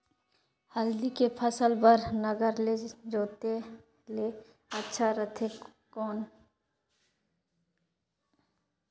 हल्दी के फसल बार नागर ले जोते ले अच्छा रथे कौन?